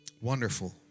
Wonderful